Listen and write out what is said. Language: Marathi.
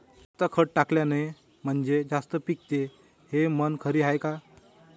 जास्त खत टाकलं म्हनजे जास्त पिकते हे म्हन खरी हाये का?